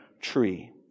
tree